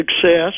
success